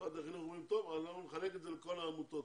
משרד החינוך אומרים שהם יחלקו את זה לכל העמותות,